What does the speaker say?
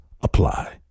apply